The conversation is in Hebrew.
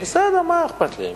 בסדר, מה אכפת לי?